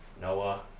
Noah